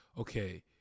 okay